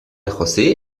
josé